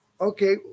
Okay